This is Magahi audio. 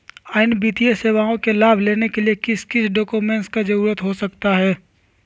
अन्य वित्तीय सेवाओं के लाभ लेने के लिए किस किस डॉक्यूमेंट का जरूरत हो सकता है?